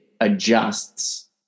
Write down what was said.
adjusts